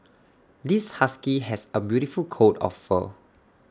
this husky has A beautiful coat of fur